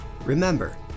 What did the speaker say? Remember